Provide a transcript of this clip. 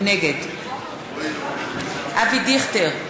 נגד אבי דיכטר,